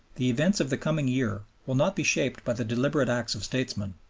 the events of the coming year will not be shaped by the deliberate acts of statesmen,